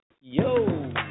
Yo